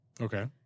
Okay